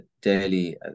daily